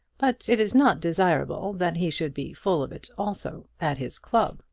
but it is not desirable that he should be full of it also at his club.